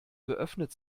geöffnet